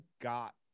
got